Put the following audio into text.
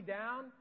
down